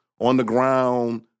on-the-ground